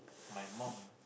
my mum